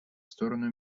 сторону